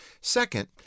Second